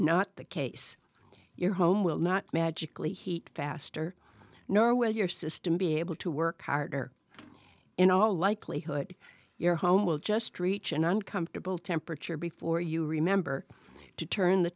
not the case your home will not magically heat faster nor will your system be able to work harder in all likelihood your home will just reach an uncomfortable temperature before you remember to turn the